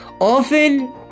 Often